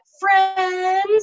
friends